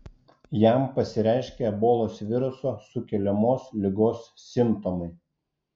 jam pasireiškė ebolos viruso sukeliamos ligos simptomai